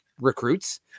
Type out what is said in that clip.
recruits